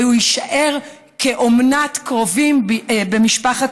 והוא יישאר באומנת קרובים במשפחת,